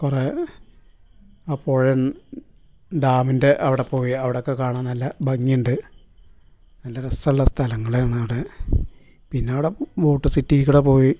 കുറെ ആ പുഴയും ഡാമിൻ്റെ അവിടെ പോയി അവിടോക്കെ കാണാൻ നല്ല ഭംഗിയുണ്ട് നല്ല രസമുള്ള സ്ഥലങ്ങളാണ് അവിടെ പിന്നവിടെ ബോട്ട് സിറ്റിക്കൂടെ പോയി